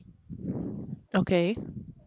okay